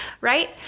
Right